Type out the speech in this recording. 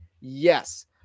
Yes